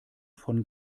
von